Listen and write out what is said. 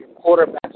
quarterback's